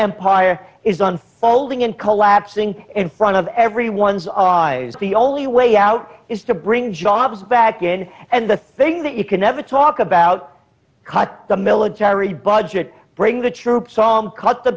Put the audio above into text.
empire is unfolding in collapsing in front of everyone's eyes the only way out is to bring jobs back in and the thing that you can never talk about cut the military budget bring the troops home cut the